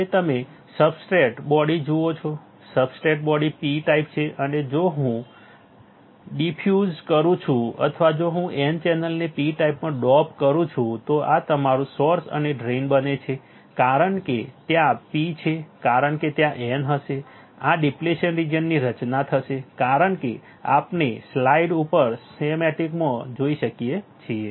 હવે તમે substrate body જુઓ છો સબસ્ટ્રેટ બોડી P ટાઇપ છે અને જો હું ડીફુઝ કરું છું અથવા જો હું N ચેનલને P ટાઇપમાં ડોપ કરું છું તો આ મારું સોર્સ અને ડ્રેઇન બને છે કારણ કે ત્યાં P છે કારણ કે ત્યાં N હશે આ ડિપ્લેશન રીજીયનની રચના થશે કારણ કે આપણે સ્લાઇડ ઉપર સ્કેમેટિકમાં જોઈ શકીએ છીએ